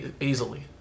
Easily